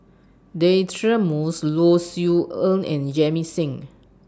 Deirdre Moss Low Siew Nghee and Jamit Singh